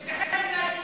את חתיכת שקרנית.